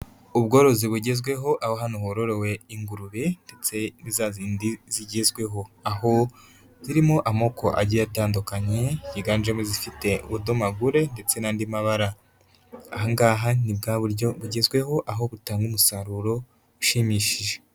Ubworozi bugezweho, aho ahantu hororewe ingurube ndetse ni za zindi zigezweho. Aho zirimo amoko agiye atandukanye, yiganjemo izifite budomagure ndetse n'andi mabara. Aha ngaha ni bwa buryo bugezweho, aho butanga umusaruro ushimishije.